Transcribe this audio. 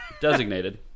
Designated